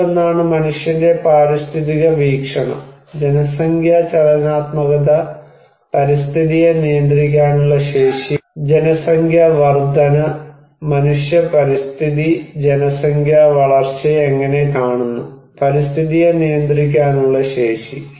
അതിലൊന്നാണ് മനുഷ്യന്റെ പാരിസ്ഥിതിക വീക്ഷണം ജനസംഖ്യാ ചലനാത്മകത പരിസ്ഥിതിയെ നിയന്ത്രിക്കാനുള്ള ശേഷി ജനസംഖ്യാ വർധന മനുഷ്യ പരിസ്ഥിതി ജനസംഖ്യാ വളർച്ചയെ എങ്ങനെ കാണുന്നു പരിസ്ഥിതിയെ നിയന്ത്രിക്കാനുള്ള ശേഷി